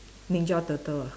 ninja turtle ah